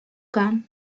cannes